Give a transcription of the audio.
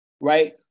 right